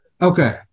Okay